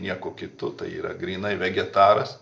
niekuo kitu tai yra grynai vegetaras